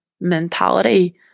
mentality